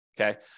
okay